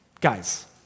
Guys